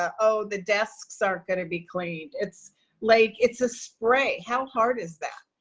ah oh the desks aren't gonna be cleaned. it's like it's a spray. how hard is that?